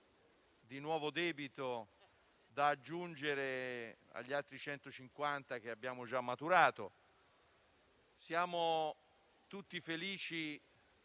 di nuovo debito da aggiungere agli altri 150 che abbiamo già maturato, siamo tutti felici